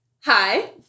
Hi